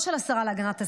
לא של השרה להגנת הסביבה,